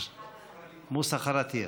מוסחראתייה.